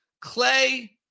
Clay